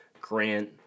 Grant